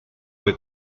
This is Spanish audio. fue